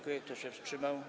Kto się wstrzymał?